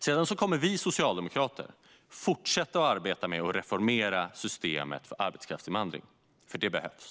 Sedan kommer vi socialdemokrater att fortsätta arbeta med att reformera systemet för arbetskraftsinvandring, för det behövs.